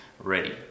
ready